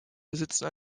besitzen